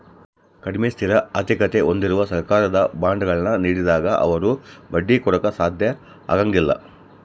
ಕಡಿಮೆ ಸ್ಥಿರ ಆರ್ಥಿಕತೆ ಹೊಂದಿರುವ ಸರ್ಕಾರಗಳು ಬಾಂಡ್ಗಳ ನೀಡಿದಾಗ ಅವರು ಬಡ್ಡಿ ಕೊಡಾಕ ಸಾಧ್ಯ ಆಗಂಗಿಲ್ಲ